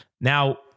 Now